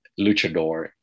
luchador